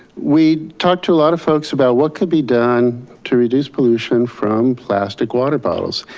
we talked to a lot of folks about what could be done to reduce pollution from plastic water bottles.